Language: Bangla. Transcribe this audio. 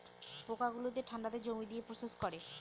পোকা গুলোকে ঠান্ডাতে জমিয়ে দিয়ে প্রসেস করে